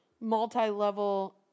multi-level